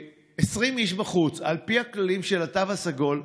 20 איש בחוץ, על פי הכללים של התו הסגול.